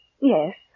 Yes